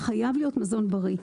זה חייב להיות מזון בריא.